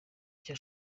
icyo